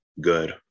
good